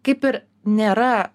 kaip ir nėra